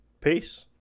Peace